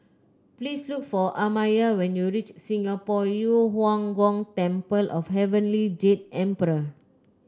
please look for Amaya when you reach Singapore Yu Huang Gong Temple of Heavenly Jade Emperor